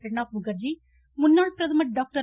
பிரணாப் முகர்ஜி முன்னாள் பிரதமர் டாக்டர்